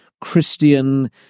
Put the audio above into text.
Christian